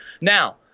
Now